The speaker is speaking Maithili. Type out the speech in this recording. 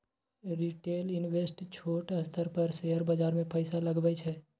रिटेल इंवेस्टर छोट स्तर पर शेयर बाजार मे पैसा लगबै छै